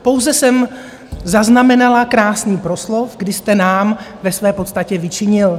Pouze jsem zaznamenala krásný proslov, kdy jste nám ve své podstatě vyčinil.